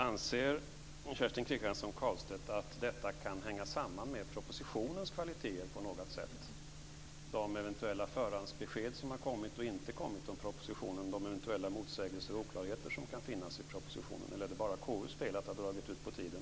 Anser Kerstin Kristiansson Karlstedt att detta på något sätt kan hänga samman med propositionens kvalitet - med de förhandsbesked som har kommit eller inte kommit om propositionen och de eventuella motsägelser och oklarheter som kan finnas i denna? Eller är det bara KU:s fel att det har dragit ut på tiden?